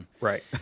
right